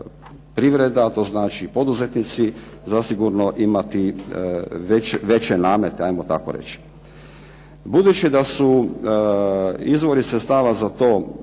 to znači poduzetnici zasigurno imati veće namete hajmo tako reći. Budući da su izvori sredstava za to